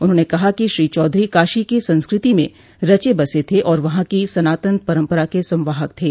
उन्होंने कहा है कि श्री चौधरी काशी की संस्कृति में रचे बसे थे और वहां की सनातन परंपरा के संवाहक थे